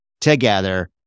together